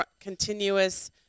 continuous